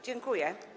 Dziękuję.